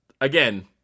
again